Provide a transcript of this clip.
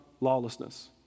lawlessness